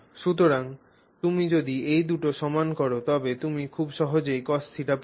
সুতরাং তুমি যদি এই দুটি সমান কর তবে তুমি খুব সহজেই cos θ পাবে